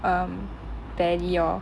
um tele lor